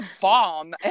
bomb